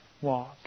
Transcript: walk